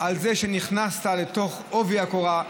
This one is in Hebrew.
על זה שנכנסת בעובי הקורה.